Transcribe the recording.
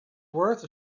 worth